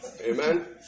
Amen